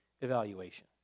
evaluation